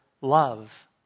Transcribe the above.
love